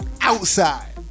Outside